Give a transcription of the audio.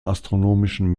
astronomischen